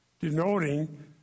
denoting